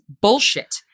bullshit